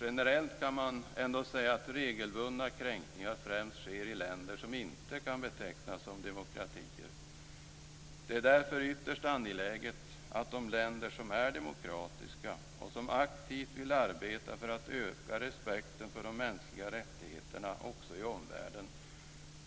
Generellt kan man ändå säga att regelbundna kränkningar främst sker i länder som inte kan betecknas som demokratier. Det är därför ytterst angeläget att de länder som är demokratiska och som aktivt vill arbeta för att öka respekten för de mänskliga rättigheterna också i omvärlden